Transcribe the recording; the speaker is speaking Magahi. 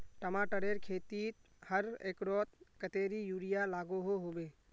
टमाटरेर खेतीत हर एकड़ोत कतेरी यूरिया लागोहो होबे?